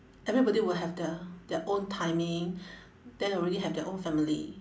everybody will have their their own timing then already have their own family